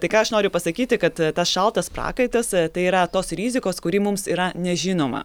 tai ką aš noriu pasakyti kad tas šaltas prakaitas tai yra tos rizikos kuri mums yra nežinoma